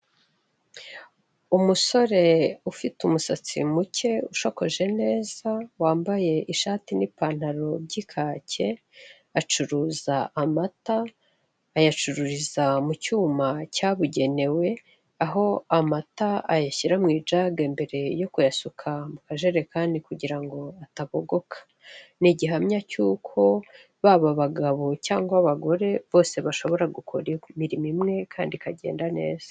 Umusore ufite umusatsi muke ushokoje neza wambaye ishati n'ipantaro by'ikaki acuruza amata, ayacururiza mucyuma cyabugenewe aho amata ayashyira mw'ijage mbere yo kuyasuka mukajerekani kugirango atabogoka. N'igihamya cy'uko baba abagabo cyangwa abagore bose bashobora gukora imirimo imwe kandi ikagenda neza.